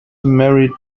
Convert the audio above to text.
married